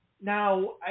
Now